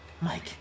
Mike